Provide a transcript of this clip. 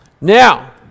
Now